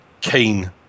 keen